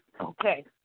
Okay